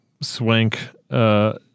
swank